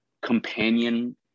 companion